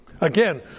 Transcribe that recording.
Again